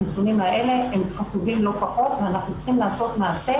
החיסונים האלה הם חשובים לא פחות ואנחנו צריכים לעשות מעשה